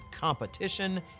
competition